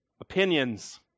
opinions